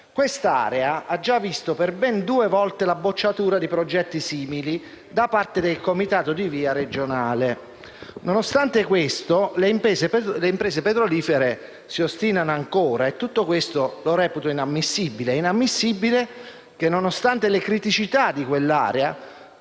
Quest'area ha già visto per ben due volte la bocciatura di progetti simili da parte del comitato di VIA regionale, ciononostante le imprese petrolifere si ostinano ancora. Reputo inammissibile che, nonostante le criticità di quell'area